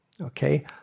Okay